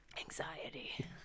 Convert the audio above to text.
anxiety